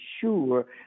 sure